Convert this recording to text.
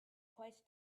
twice